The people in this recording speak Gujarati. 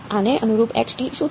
હવે આને અનુરૂપ x શું છે